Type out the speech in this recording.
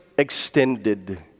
extended